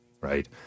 right